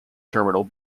terminal